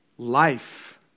Life